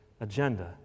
agenda